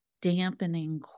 dampening